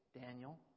Daniel